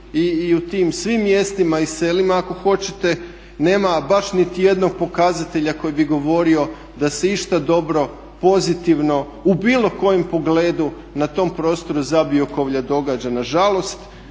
i u tim svim mjestima i selima ako hoćete. Nema baš niti jednog pokazatelja koji bi govorio da se išta dobro pozitivno u bilo kojem pogledu na tom prostoru Zabiokovlja događa.